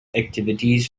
activities